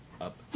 up